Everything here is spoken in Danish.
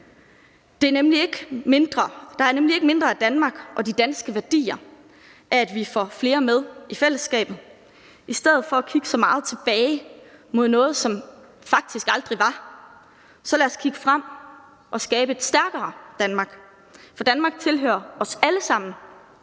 Der bliver nemlig ikke mindre af Danmark og de danske værdier af, at vi får flere med i fællesskabet. I stedet for at kigge så meget tilbage mod noget, som faktisk aldrig var, lad os så kigge frem og skabe et stærkere Danmark, for Danmark tilhører os alle sammen.